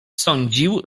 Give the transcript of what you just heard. sądził